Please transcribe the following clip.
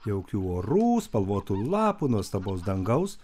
jaukių orų spalvotų lapų nuostabaus dangaus